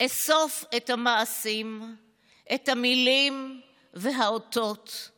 "אסוף את המעשים / את המילים והאותות /